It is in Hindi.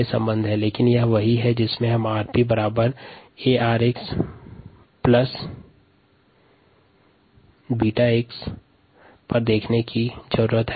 लुड्किंग पाईरेट मॉडल 𝑟𝑝 𝛼 𝑟𝑥 𝛽𝑥 से संबंधित है